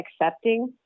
accepting